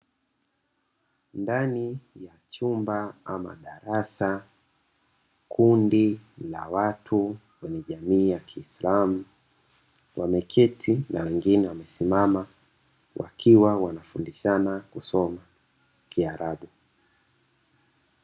Ndani ya chumba ama darasa, kundi la watu wenye jamii ya kiislamu, wameketi na wengine wamesimama, wakiwa wanafundishana kusoma kiarabu.